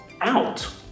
out